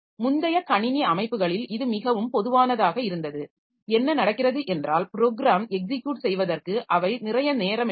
முந்தைய கணினி அமைப்புகளில் இது மிகவும் பொதுவானதாக இருந்தது என்ன நடக்கிறது என்றால் ப்ரோக்ராம் எக்ஸிக்யூட் செய்வதற்கு அவை நிறைய நேரம் எடுக்கும்